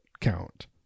count